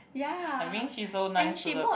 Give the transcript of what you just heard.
ya and she bought